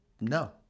No